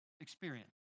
experience